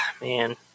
man